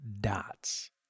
dots